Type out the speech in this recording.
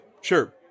sure